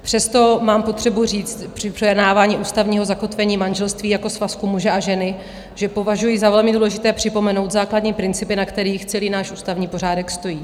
Přesto mám potřebu říct při projednávání ústavního zakotvení manželství jako svazku muže a ženy, že považuji za velmi důležité připomenout základní principy, na kterých celý náš ústavní pořádek stojí.